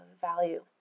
value